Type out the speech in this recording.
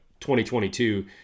2022